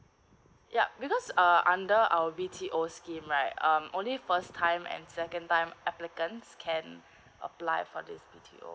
yup because uh under our BTO scheme right um only first time and second time applicants can apply for this BTO